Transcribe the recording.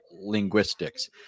linguistics